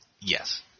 Yes